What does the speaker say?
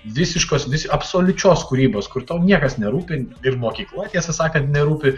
visiškos absoliučios kūrybos kur tau niekas nerūpi ir mokykla tiesą sakant nerūpi